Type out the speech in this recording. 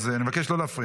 אז אני מבקש לא להפריע.